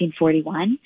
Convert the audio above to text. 1941